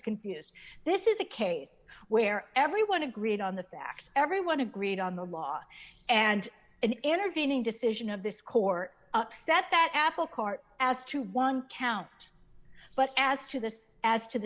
confused this is a case where everyone agreed on the facts everyone agreed on the law and an intervening decision of this court upset that apple cart as to one count but as to the as to the